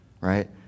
Right